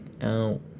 out